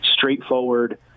Straightforward